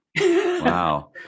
Wow